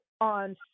on